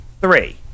three